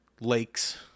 lakes